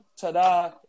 ta-da